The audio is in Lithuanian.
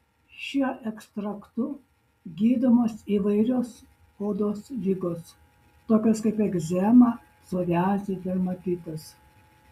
šiuo ekstraktu gydomos įvairios odos ligos tokios kaip egzema psoriazė dermatitas